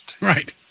Right